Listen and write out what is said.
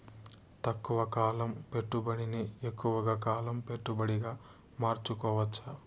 తక్కువ కాలం పెట్టుబడిని ఎక్కువగా కాలం పెట్టుబడిగా మార్చుకోవచ్చా?